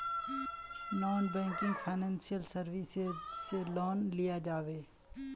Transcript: Non banking financial services से loan लिया जाबे?